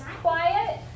quiet